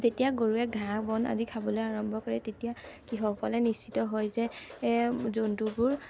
যেতিয়া গৰুৱে ঘাঁহ বন আদি খাবলৈ আৰম্ভ কৰে তেতিয়া কৃষকসকলে নিশ্চিত হয় যে জন্তুবোৰ